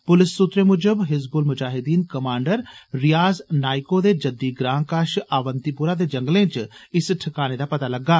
पुलस सूत्रे मुजब हिजबुल मुजाहिद्दीन कमांडर रियाज़ नाएको दे जद्दी ग्रां कष आवंती पोरा दे जंगले च इस ठकाने दा पता लगा